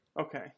Okay